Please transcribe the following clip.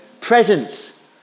Presence